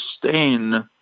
sustain